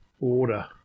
order